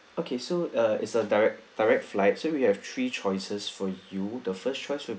okay so uh is a direct direct flight so we have three choices for you the first choice will